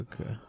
Okay